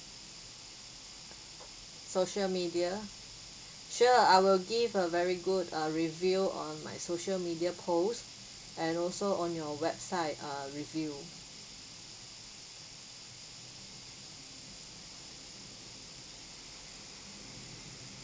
social media sure I will give a very good uh review on my social media posts and also on your website uh review